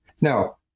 Now